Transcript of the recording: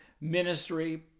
ministry